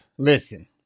Listen